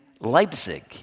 Leipzig